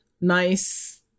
nice